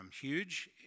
huge